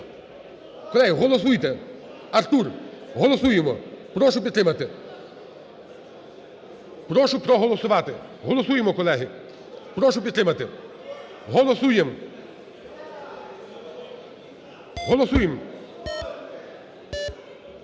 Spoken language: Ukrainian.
Колеги, голосуйте. Артур, голосуємо. Прошу підтримати. Прошу проголосувати. Голосуємо, колеги. Прошу підтримати. Голосуємо. Голосуємо.